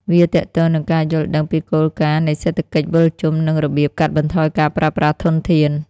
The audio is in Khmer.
វាទាក់ទងនឹងការយល់ដឹងពីគោលការណ៍នៃសេដ្ឋកិច្ចវិលជុំ និងរបៀបកាត់បន្ថយការប្រើប្រាស់ធនធាន។